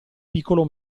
piccolo